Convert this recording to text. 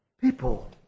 people